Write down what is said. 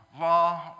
law